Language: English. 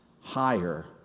higher